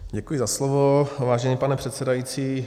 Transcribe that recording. Děkuji za slovo, vážený pane předsedající.